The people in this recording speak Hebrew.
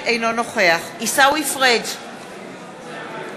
אינו נוכח עיסאווי פריג' בעד